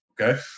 okay